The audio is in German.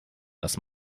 das